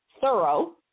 thorough